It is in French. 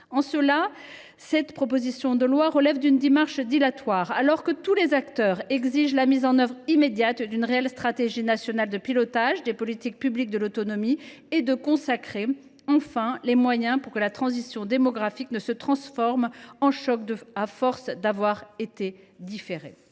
En cela, cette proposition de loi relève d’une démarche dilatoire, alors que tous les acteurs exigent la mise en œuvre immédiate d’une véritable stratégie nationale de pilotage des politiques publiques de l’autonomie à laquelle seraient consacrés les moyens nécessaires, pour que la transition démographique ne se transforme pas en choc, à force d’avoir vu sa prise